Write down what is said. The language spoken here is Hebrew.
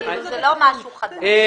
זה לא משהו חדש.